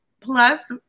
plus